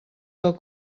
del